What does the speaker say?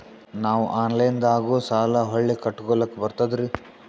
ನಾವು ಆನಲೈನದಾಗು ಸಾಲ ಹೊಳ್ಳಿ ಕಟ್ಕೋಲಕ್ಕ ಬರ್ತದ್ರಿ?